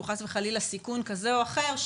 לטיפול חוץ-ביתי או מגיע חלילה לסיכון כזה או אחר,